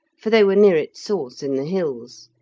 for they were near its source in the hills,